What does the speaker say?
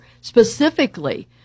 specifically